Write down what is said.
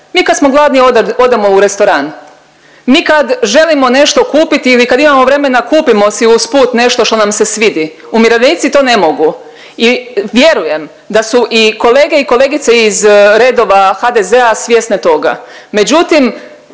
mi kad smo gladni odemo u restoran. Mi kad želimo nešto kupiti ili kad imamo vremena kupimo si usput nešto što nam se svidi, umirovljenici to ne mogu i vjerujem da su i kolege i kolegice iz redova HDZ-a svjesne toga,